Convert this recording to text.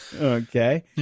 Okay